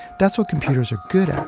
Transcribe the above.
that's what computers are good at.